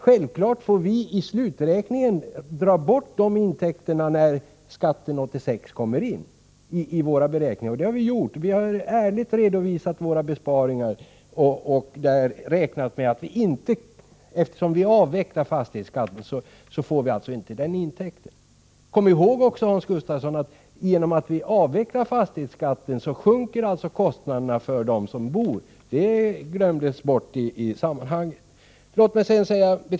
Självfallet får vi i sluträkningen dra bort dessa intäkter när skatten för 1986 kommer in. Det har vi också gjort i våra beräkningar. Vi har ärligt redovisat våra besparingar och räknat med att vi, eftersom vi avvecklar fastighetsskatten, inte får den intäkten. Kom också ihåg, Hans Gustafsson, att genom att vi avvecklar fastighetsskatten sjunker kostnaderna för den som bor. Detta glömdes bort i sammanhanget.